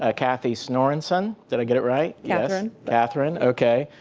ah kathy snorenson. did i get it right? yes? katherine. katherine, okay.